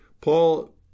Paul